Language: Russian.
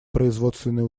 производственные